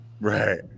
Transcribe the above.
Right